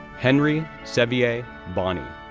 henry sevier bonnie,